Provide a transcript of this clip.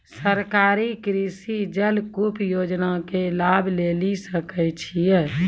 सरकारी कृषि जलकूप योजना के लाभ लेली सकै छिए?